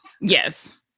Yes